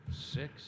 Six